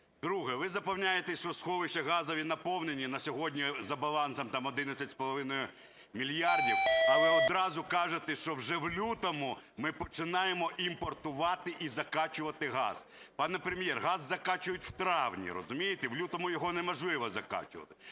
Друге. Ви запевняєте, що сховища газові наповнені на сьогодні за балансом – 11,5 мільярда, але одразу кажете, що вже в лютому ми починаємо імпортувати і закачувати газ. Пане Прем'єр, газ закачують в травні, розумієте, в лютому його неможливо закачувати.